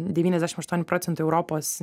devyniasdešim aštuoni procentai europos